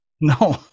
no